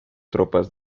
tropas